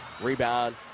Rebound